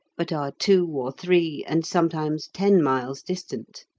but are two or three, and sometimes ten miles distant.